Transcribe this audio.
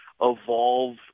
Evolve